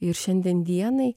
ir šiandien dienai